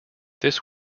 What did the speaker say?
this